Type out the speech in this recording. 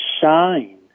shine